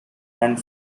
and